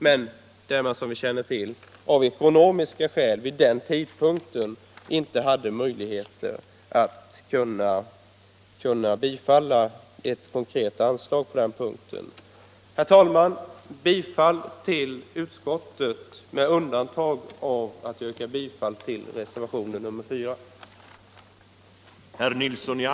Men som vi känner till hade man av ekonomiska skäl vid den tidpunkten inte möjlighet att bifalla